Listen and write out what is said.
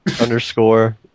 underscore